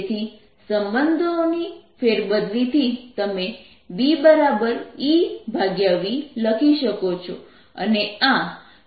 તેથી સંબંધોની ફેરબદલથી તમે BEv લખી શકો